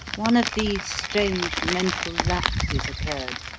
one of these strange mental lapses occurred,